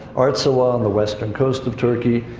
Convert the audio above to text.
arzawa on the western coast of turkey,